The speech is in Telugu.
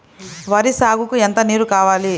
వరి సాగుకు ఎంత నీరు కావాలి?